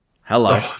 hello